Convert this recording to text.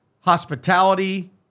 hospitality